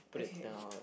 okay